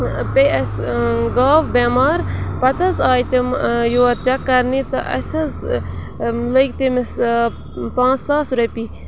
پے اَسہِ گاو بٮ۪مار پَتہٕ حظ آیہِ تِم یور چیٚک کَرنہِ تہٕ اَسہِ حظ لٔگۍ تٔمِس پانٛژھ ساس رۄپیہِ